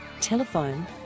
Telephone